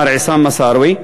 מר עסאם מסארווה,